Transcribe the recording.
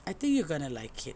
I think you gonna like it